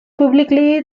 publicly